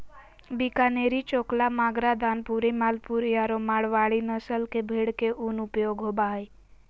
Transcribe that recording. बीकानेरी, चोकला, मागरा, दानपुरी, मालपुरी आरो मारवाड़ी नस्ल के भेड़ के उन उपयोग होबा हइ